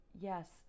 yes